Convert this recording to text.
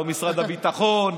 לא משרד הביטחון,